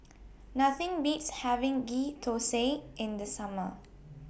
Nothing Beats having Ghee Thosai in The Summer